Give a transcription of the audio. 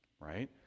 right